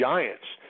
Giants